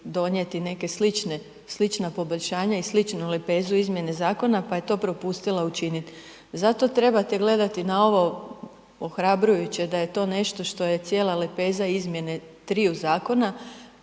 donijeti neke slične, slična poboljšanja i sličnu lepezu izmjene zakona pa je to propustila učiniti. Zato trebate gledati na ovo ohrabrujuće, da je to nešto što je cijela lepeza izmjene triju zakona,